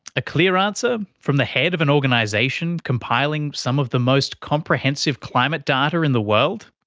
a clear answer from the head of an organisation compiling some of the most comprehensive climate data in the world?